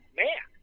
man